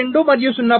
2 మరియు 0